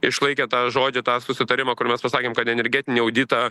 išlaikė tą žodį tą susitarimą kur mes pasakėm kad energetinį auditą